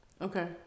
Okay